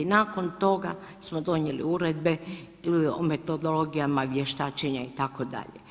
Nakon toga smo donijeli Uredbe o metodologijama vještačenja itd.